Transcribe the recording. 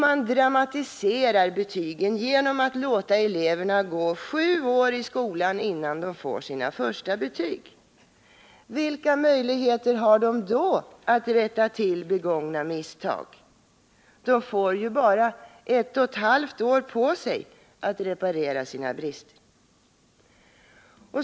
Man dramatiserar betygen genom att låta eleverna gå sju år i skolan, innan de får sina första betyg. Vilka möjligheter har de då att rätta till begångna misstag? De får ju bara ett och ett halvt år på sig att reparera sina brister.